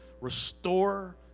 restore